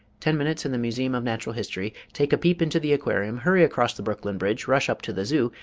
ten minutes in the museum of natural history, take a peep into the aquarium, hurry across the brooklyn bridge, rush up to the zoo,